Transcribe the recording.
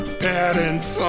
parents